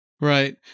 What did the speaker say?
Right